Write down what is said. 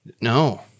No